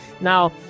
now